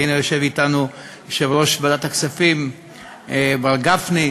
והנה, יושב אתנו יושב-ראש ועדת הכספים מר גפני,